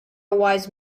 wise